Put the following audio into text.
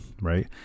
right